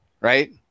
right